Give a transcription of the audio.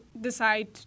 decide